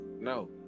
no